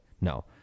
No